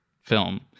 film